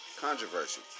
controversy